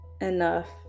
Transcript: enough